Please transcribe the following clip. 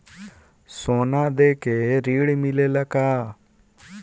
सोना देके ऋण मिलेला का?